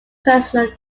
personal